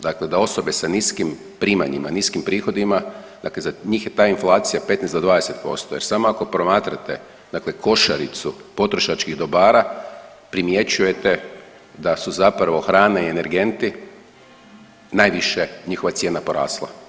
Dakle da osobe sa niskim primanjima, niskim prihodima, dakle za njih je ta inflacija 15 do 20% jer samo ako promatrate dakle košaricu potrošačkih dobara, primjećujete da su zapravo hrana i energenti najviše je njihova cijena porasla.